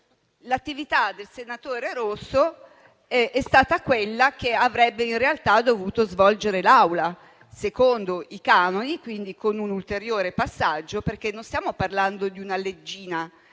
l'attività del senatore Rosso è stata quella che avrebbe, in realtà, dovuto svolgere l'Aula, secondo i canoni e quindi con un ulteriore passaggio. Questo perché stiamo parlando non di una leggina,